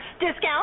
Discount